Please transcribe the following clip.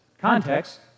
context